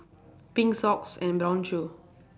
pink socks and brown shoe